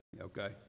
Okay